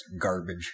garbage